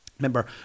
Remember